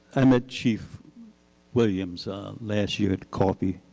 i met chief williams last year at coffee